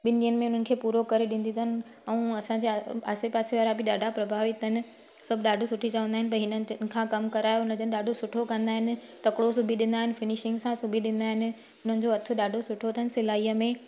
बिनि ॾियनि में हुननि खे पूरो करे ॾींदी अथनि ऐं असांजे आसे पासे वारा बि ॾाढा प्रभावित अथनि सभु ॾाढो सुठी चवंदा आहिनि भई हिननि जिनि खां कमु करायो हुननि जिनि ॾाढो सुठो कंदा आहिनि तकिड़ो सिबी ॾींदा आहिनि फिनिशिंग सां सिबी ॾींदा आहिनि हुननि जो हथु ॾाढो सुठो अथनि सिलाईअ में